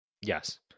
Yes